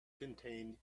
contain